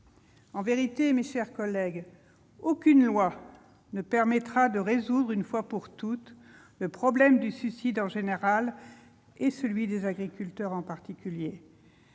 En vérité, mes chers collègues, aucune loi ne permettra de résoudre, une fois pour toutes, le problème du suicide en général, et celui des agriculteurs en particulier.